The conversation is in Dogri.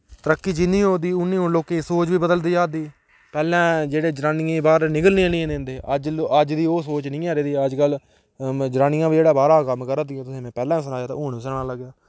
तरक्की जिन्नी हो दी उ'न्नी हून लोकें दी सोच बी बदलदी जा दी पैह्लें जेह्ड़े जनानियें बाह्र निकलने नि हे दिंदे अज्ज लोक अज्ज दी ओह् सोच नि ऐ रेह्दी अज्जकल जनानियां बी जेह्ड़ियां बाह्रा दा कम्म करा दियां तुसें मैं पैह्ले बी सनाया ते हून बी सनान लग्गेआ